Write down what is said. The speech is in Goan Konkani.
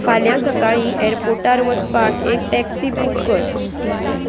फाल्यां सकाळीं एरपोर्टार वचपाक एक टॅक्सी बूक कर